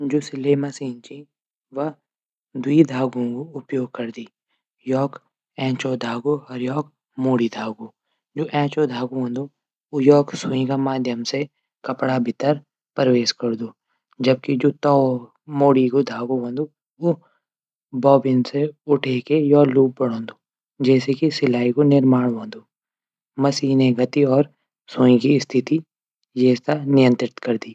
जू सिलाई मशीन च व दुव्ई धागों क उपयोग करदी योक एंचो धागू मुडी धागू। ऐकू एंचो धागू चू हूंदू ऊ सुई क माध्यम से कपडा मा प्रवेश करदू। जबकि जू मुडी धागू हूंदू बॉबिन से उठे की लूप बणौद जैसे कि सिलाई क निमार्ण हूंदू। मसीनै गति और सुई की स्थिति ऐथे नियंत्रित करदी।